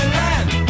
land